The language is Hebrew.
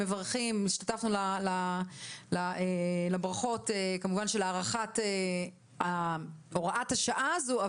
מברכים ומצטרפים לברכות כמובן של הארכת הוראת השעה הזו.